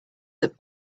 that